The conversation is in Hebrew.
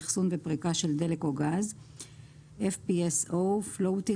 אחסון ופריקה של דלק או גז FPSO) Floating